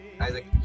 Isaac